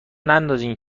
نندازین